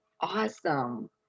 awesome